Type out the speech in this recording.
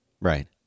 Right